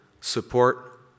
support